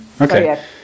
Okay